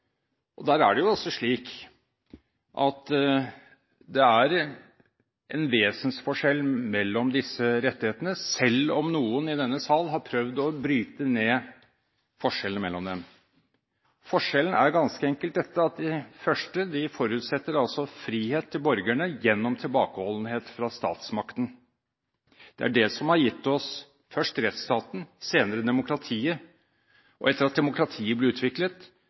Der er det slik at det er en vesensforskjell mellom disse rettighetene, selv om noen i denne sal har prøvd å bryte ned forskjellen mellom dem. Forskjellen er ganske enkelt den at de første forutsetter frihet til borgerne gjennom tilbakeholdenhet fra statsmakten. Det er det som har gitt oss først rettsstaten, senere demokratiet, og etter at demokratiet ble utviklet,